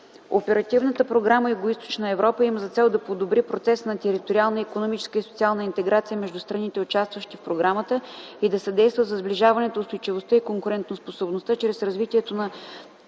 Оперативна програма „Югоизточна Европа” има за цел да подобри процеса на териториална, икономическа и социална интеграция между страните, участващи в програмата, и да съдейства за сближаването, устойчивостта и конкурентоспособността чрез развитието на